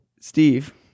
Steve